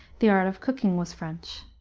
the art of cooking was french.